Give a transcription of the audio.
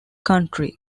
country